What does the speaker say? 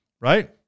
right